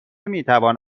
میتوان